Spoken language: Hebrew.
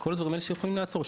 כל הדברים האלה שיכולים לעצור,